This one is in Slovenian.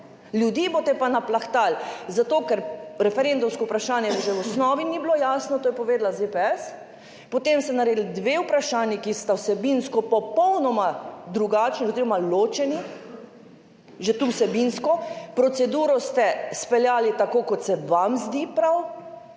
ljudi boste pa naplahtali zato, ker referendumsko vprašanje že v osnovi ni bilo jasno, to je povedala ZPS. Potem ste naredili dve vprašanji, ki sta vsebinsko popolnoma drugačni oziroma ločeni, že tu vsebinsko, proceduro ste speljali tako, kot se vam zdi prav.